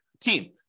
team